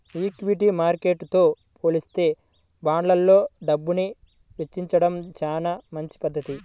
equity మార్కెట్టుతో పోలిత్తే బాండ్లల్లో డబ్బుని వెచ్చించడం చానా మంచి పధ్ధతి